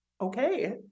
Okay